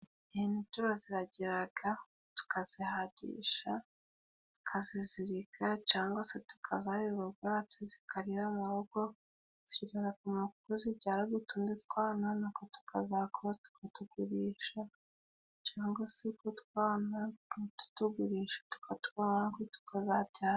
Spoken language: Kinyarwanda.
Ihene turaziragiraga tukazihagisha, tukazizirika cangwa se tukazahirira ubwatsi zikarira mu rugo, zikabona uko zibyara utundi twana, na two tukazakura tukatugurisha cangwa se utwo twana, ntitutugurishe tukatwihorera na two tukazabyara.